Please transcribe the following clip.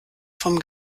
vom